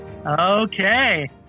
Okay